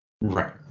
Right